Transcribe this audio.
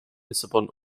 lissabon